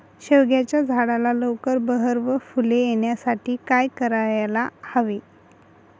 शेवग्याच्या झाडाला लवकर बहर व फूले येण्यासाठी काय करायला हवे?